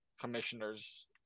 commissioners